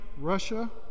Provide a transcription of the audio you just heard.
Russia